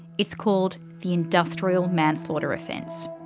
it's called the industrial manslaughter offence.